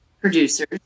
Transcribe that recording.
producers